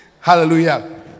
Hallelujah